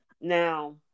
Now